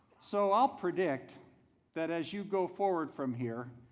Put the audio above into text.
so i'll predict that as you go forward from here,